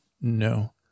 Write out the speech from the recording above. No